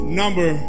number